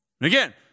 Again